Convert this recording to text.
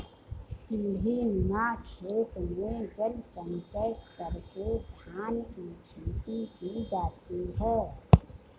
सीढ़ीनुमा खेत में जल संचय करके धान की खेती की जाती है